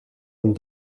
een